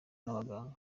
n’abaganga